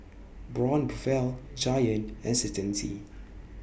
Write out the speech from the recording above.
Braun Buffel Giant and Certainty